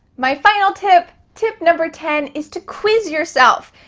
my final tip, tip number ten, is to quiz yourself.